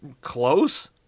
close